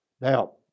Now